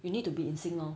we need to be in sync lor